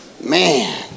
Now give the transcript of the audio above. Man